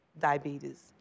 diabetes